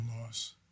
loss